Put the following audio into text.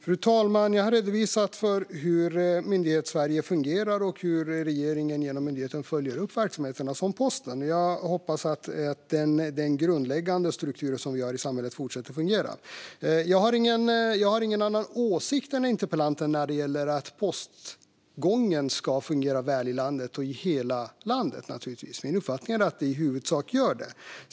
Fru talman! Jag har redovisat hur Myndighetssverige fungerar och hur regeringen genom myndigheterna följer upp verksamheter som posten. Jag hoppas att den grundläggande struktur som vi har i samhället fortsätter fungera. Jag har ingen annan åsikt än interpellanten när det gäller att postgången ska fungera väl i landet - och i hela landet, naturligtvis. Min uppfattning är att den i huvudsak gör det.